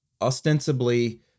ostensibly